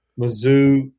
Mizzou